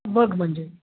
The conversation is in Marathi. बघ म्हणजे